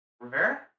Rivera